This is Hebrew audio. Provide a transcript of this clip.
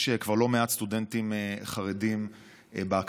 יש כבר לא מעט סטודנטים חרדים באקדמיה.